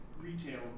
retail